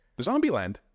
Zombieland